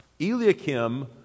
Eliakim